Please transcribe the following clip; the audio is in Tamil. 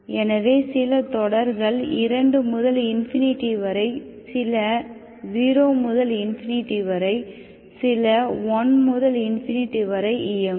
எனவே சில தொடர்கள் 2 முதல் இன்பினிட்டி வரை சில 0 முதல் இன்பினிட்டி வரை சில 1 முதல் இன்பினிட்டி வரை இயங்கும்